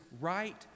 right